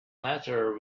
matter